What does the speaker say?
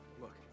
Look